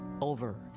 over